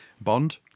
Bond